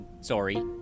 Sorry